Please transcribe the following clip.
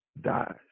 dies